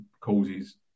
causes